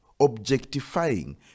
objectifying